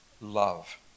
love